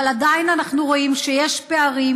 אבל עדיין אנחנו רואים שיש פערים,